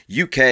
UK